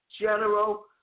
General